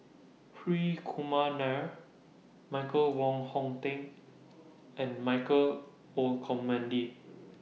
Hri Kumar Nair Michael Wong Hong Teng and Michael Olcomendy